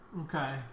Okay